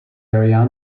area